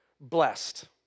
blessed